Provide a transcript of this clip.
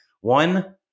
One